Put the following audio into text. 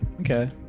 Okay